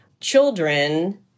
children